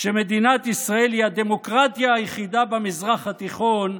שמדינת ישראל היא הדמוקרטיה היחידה במזרח התיכון,